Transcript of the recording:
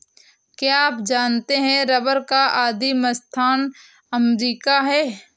क्या आप जानते है रबर का आदिमस्थान अमरीका है?